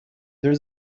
there